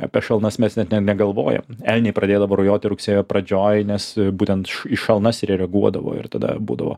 apie šalnas mes net negalvojam elniai pradėdavo rujoti rugsėjo pradžioj nes būtent į šalnas ir reaguodavo ir tada būdavo